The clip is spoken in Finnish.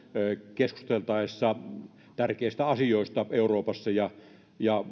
keskusteltaessa tärkeistä asioista euroopassa ja ja